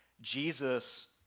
Jesus